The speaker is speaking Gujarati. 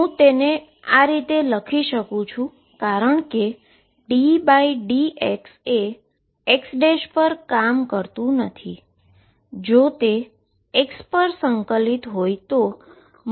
હું તેને આ રીતે લખી શકું છું કારણ કે ddx એ x પર કામ કરતું નથી